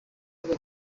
uba